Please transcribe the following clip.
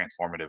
transformative